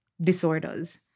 disorders